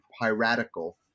piratical